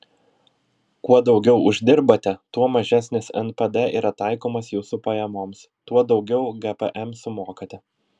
kuo daugiau uždirbate tuo mažesnis npd yra taikomas jūsų pajamoms tuo daugiau gpm sumokate